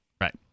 right